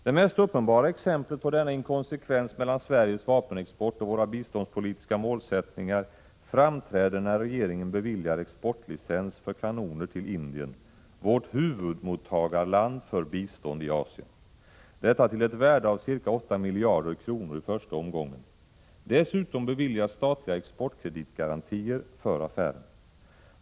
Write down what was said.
Det mest uppenbara exemplet på denna inkonsekvens mellan Sveriges vapenexport och våra biståndspolitiska målsättningar framträder när regeringen beviljar exportlicens för kanoner till Indien — vårt huvudmottagarland för bistånd i Asien — till ett värde av ca 8 miljarder kronor i första omgången. Dessutom beviljas statliga exportkreditgarantier för affären.